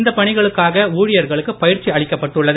இந்த பணிகளுக்காக ஊழியர்களுக்கு பயிற்சி அளிக்கப்பட்டுள்ளது